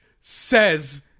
says